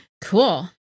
cool